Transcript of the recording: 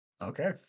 Okay